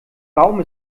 baum